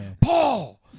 Paul